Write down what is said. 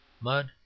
mud